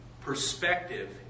perspective